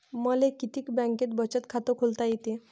मले किती बँकेत बचत खात खोलता येते?